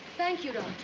thank you,